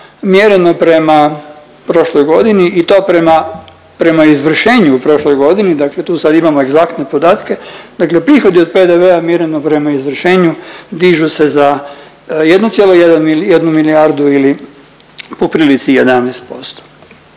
mjereno prema prošloj godini i to prema, prema izvršenju u prošloj godini, dakle tu sad imamo egzaktne podatke, dakle prihodi od PDV-a mjereno prema izvršenu dižu se za 1,1 milijardu ili po prilici 11%.